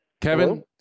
Kevin